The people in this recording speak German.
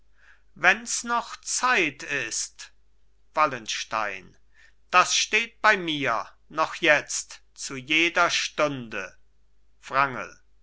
wenns noch zeit ist wallenstein das steht bei mir noch jetzt zu jeder stunde